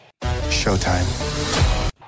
Showtime